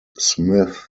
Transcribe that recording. smith